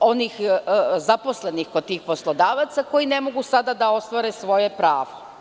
onih zaposlenih kod tih poslodavaca, koji ne mogu sada da ostvare svoje pravo.